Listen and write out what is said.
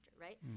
right